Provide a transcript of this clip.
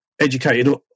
educated